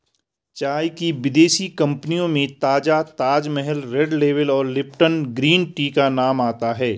चाय की विदेशी कंपनियों में ताजा ताजमहल रेड लेबल और लिपटन ग्रीन टी का नाम आता है